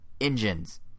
engines